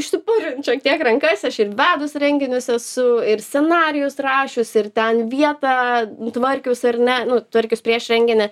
išsipurvint šiek tiek rankas aš ir vedus renginius esu ir scenarijus rašiusi ir ten vietą tvarkius ar ne nu tvarkius prieš renginį